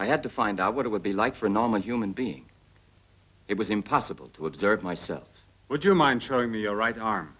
i had to find out what it would be like for a normal human being it was impossible to observe myself would you mind showing me your right arm